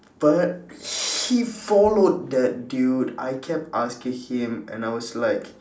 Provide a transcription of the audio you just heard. but he followed that dude I kept asking him and I was like